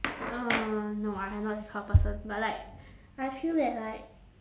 uh no I am not this kind of person but like I feel that like